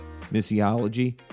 missiology